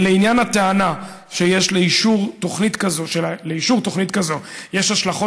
לעניין הטענה כי לאישור תוכנית כזאת יש השלכות